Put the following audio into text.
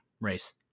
race